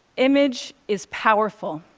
image is powerful,